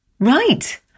Right